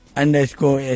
underscore